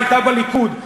הייתה בליכוד,